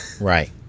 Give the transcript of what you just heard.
right